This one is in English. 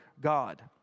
God